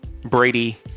Brady